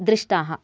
दृष्टाः